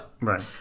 Right